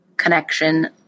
connection